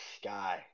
sky